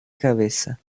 cabeza